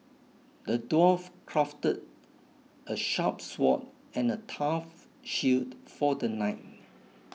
the dwarf crafted a sharp sword and a tough shield for the knight